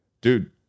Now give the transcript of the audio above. Dude